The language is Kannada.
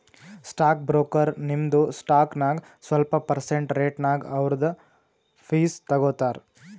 ಸ್ಟಾಕ್ ಬ್ರೋಕರ್ ನಿಮ್ದು ಸ್ಟಾಕ್ ನಾಗ್ ಸ್ವಲ್ಪ ಪರ್ಸೆಂಟ್ ರೇಟ್ನಾಗ್ ಅವ್ರದು ಫೀಸ್ ತಗೋತಾರ